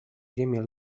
ziemię